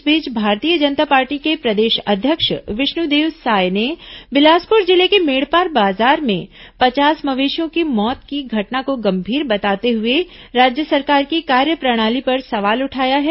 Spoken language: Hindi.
इस बीच भारतीय जनता पार्टी के प्रदेश अध्यक्ष विष्णुदेव साय ने बिलासपुर जिले के मेड़पार बाजार में पचास मवेशियों की मौत की घटना को गंभीर बताते हुए राज्य सरकार की कार्यप्रणाली पर सवाल उठाया है